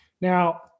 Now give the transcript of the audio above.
Now